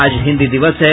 आज हिन्दी दिवस है